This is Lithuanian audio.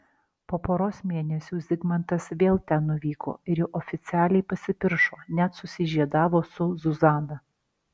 po poros mėnesių zigmantas vėl ten nuvyko ir jau oficialiai pasipiršo net susižiedavo su zuzana